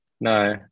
No